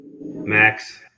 Max